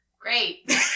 Great